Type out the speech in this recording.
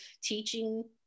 teaching